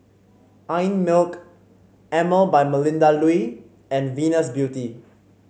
Einmilk Emel by Melinda Looi and Venus Beauty